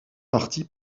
partie